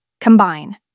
combine